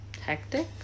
Hectic